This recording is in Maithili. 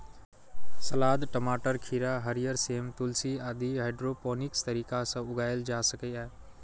सलाद, टमाटर, खीरा, हरियर सेम, तुलसी आदि हाइड्रोपोनिक्स तरीका सं उगाएल जा सकैए